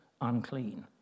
unclean